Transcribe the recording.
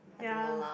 ya